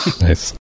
Nice